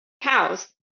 cows